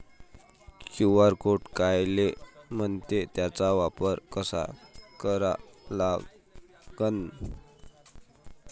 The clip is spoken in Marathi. क्यू.आर कोड कायले म्हनते, त्याचा वापर कसा करा लागन?